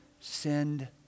send